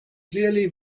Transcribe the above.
clearly